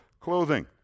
clothing